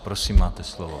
Prosím, máte slovo.